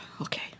okay